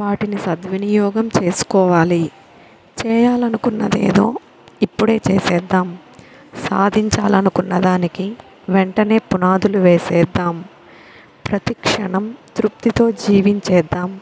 వాటిని సద్వినియోగం చేసుకోవాలి చేయాలనుకున్నది ఏదో ఇప్పుడే చేసేద్దాం సాధించాలనుకున్న దానికి వెంటనే పునాదులు వేసేద్దాం ప్రతిక్షణం తృప్తితో జీవించేద్దాం